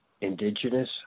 Indigenous